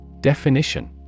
definition